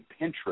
Pinterest